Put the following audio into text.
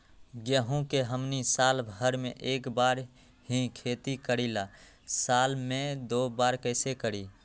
गेंहू के हमनी साल भर मे एक बार ही खेती करीला साल में दो बार कैसे करी?